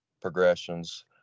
progressions